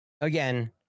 again